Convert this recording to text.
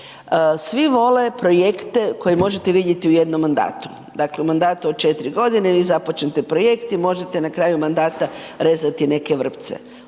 Svi vole projekte koje možete vidjeti u jednom mandatu, dakle u mandatu od četiri godine vi započnete projekt i možete na kraju mandata rezati neke vrpce,